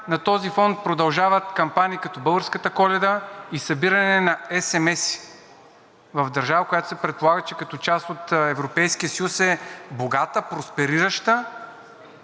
на този фон продължават кампании като „Българската Коледа“ и събиране на есемеси в държава, която се предполага, че като част от Европейския съюз е богата, просперираща